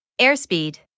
Airspeed